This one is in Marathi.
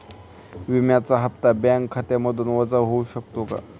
विम्याचा हप्ता बँक खात्यामधून वजा होऊ शकतो का?